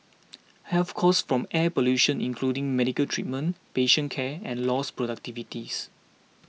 health costs from air pollution including medical treatment patient care and lost productivities